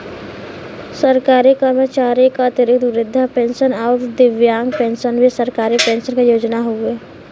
सरकारी कर्मचारी क अतिरिक्त वृद्धा पेंशन आउर दिव्यांग पेंशन भी सरकारी पेंशन क योजना हउवे